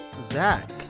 Zach